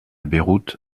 beyrouth